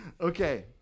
Okay